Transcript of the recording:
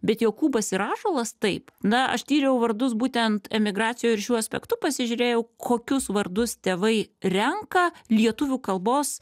bet jokūbas ir ąžuolas taip na aš tyriau vardus būtent emigracijoj ir šiuo aspektu pasižiūrėjau kokius vardus tėvai renka lietuvių kalbos